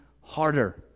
harder